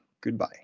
Goodbye